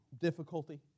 difficulty